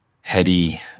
heady